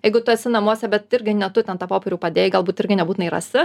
jeigu tu esi namuose bet irgi ne tu ten tą popierių padėjai galbūt irgi nebūtinai rasi